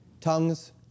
tongues